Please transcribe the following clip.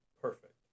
perfect